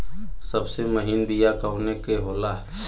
सबसे महीन बिया कवने के होला?